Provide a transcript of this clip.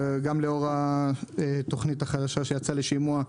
גם לאור התוכנית החדשה לפיתוח עד 2030 שיצאה לשימוע,